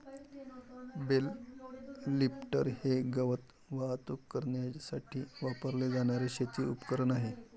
bell lifter हे गवत वाहतूक करण्यासाठी वापरले जाणारे शेती उपकरण आहे